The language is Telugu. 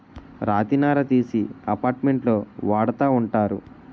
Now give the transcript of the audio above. రాతి నార తీసి అపార్ట్మెంట్లో వాడతా ఉంటారు